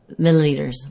milliliters